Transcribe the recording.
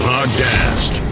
Podcast